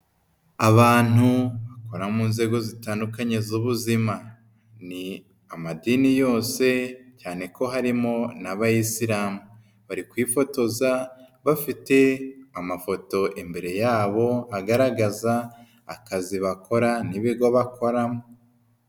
Abantu bakora mu nzego zitandukanye z'ubuzima ni amadini yose cyane ko harimo n'abayisiramu, bari kwifotoza bafite amafoto imbere yabo agaragaza akazi bakora n'ibigo bakoramo.